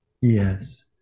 Yes